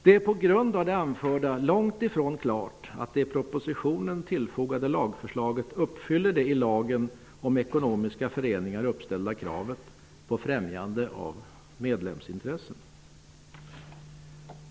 Det är på grund av det anförda långt ifrån klart att det i propositionen tillfogade lagförslaget uppfyller det i lagen om ekonomiska föreningar uppställda kravet på främjande av medlemsintressen.